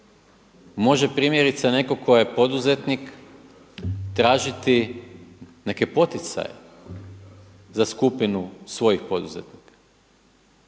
Može primjerice neko tko je poduzetnik tražiti neke poticaje za skupinu svojih poduzetnika.